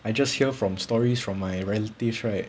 I just hear from stories from my relative right